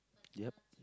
yep